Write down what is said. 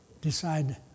decide